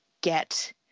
get